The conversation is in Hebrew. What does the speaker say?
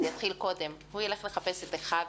זה מתחיל קודם הוא ילך לחפש את אחיו,